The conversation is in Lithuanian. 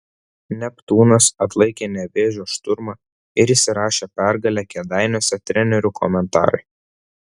neptūnas atlaikė nevėžio šturmą ir įsirašė pergalę kėdainiuose trenerių komentarai